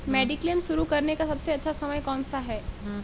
Mediclaim शुरू करने का सबसे अच्छा समय कौनसा है?